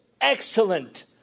excellent